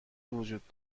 وجود